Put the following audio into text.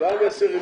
אין קוורום.